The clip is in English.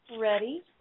Ready